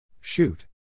Shoot